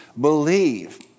Believe